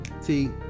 See